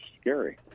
scary